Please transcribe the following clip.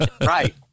Right